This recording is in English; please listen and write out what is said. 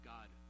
God